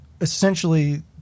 essentially